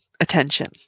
attention